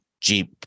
Jeep